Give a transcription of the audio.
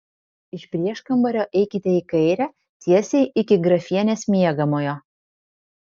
iš prieškambario eikite į kairę tiesiai iki grafienės miegamojo